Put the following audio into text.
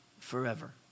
forever